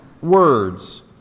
words